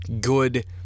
good